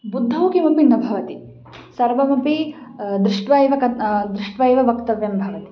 बुद्धौ किमपि न भवति सर्वमपि दृष्ट्वा एव कर्तुं दृष्ट्वा एव वक्तव्यं भवति